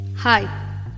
Hi